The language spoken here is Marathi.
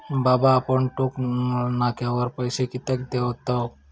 बाबा आपण टोक नाक्यावर पैसे कित्याक देतव?